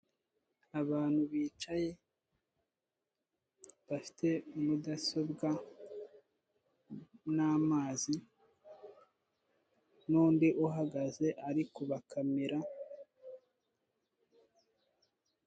Abantu bicaye bafite mudasobwa n'amazi n'undi uhagaze ari kubakamera.